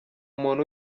umuntu